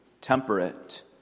temperate